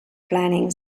planning